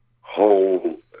whole